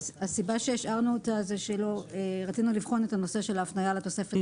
הסיבה שהשארנו אותה היא שרצינו לבחון את ההפניה לתוספת החמישית.